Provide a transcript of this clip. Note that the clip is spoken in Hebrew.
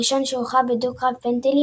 הראשון שהוכרע בדו-קרב פנדלים,